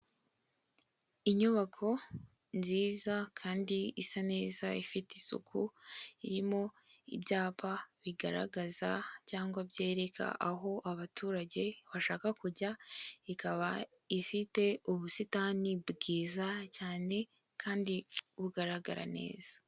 Inyubako nziza kandi isa neza ifite isuku, irimo ibyapa bigaragaza cyangwa byereka aho abaturage bashaka kujya, ikaba ifite ubusitani bwiza cyane kandi bugaragara neza.